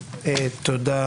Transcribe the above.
אגב,